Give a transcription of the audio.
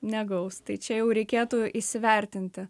negaus tai čia jau reikėtų įsivertinti